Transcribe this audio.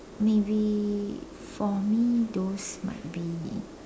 maybe for me those might be